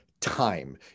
time